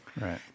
right